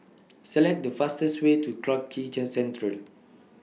Select The fastest Way to Clarke Quay Central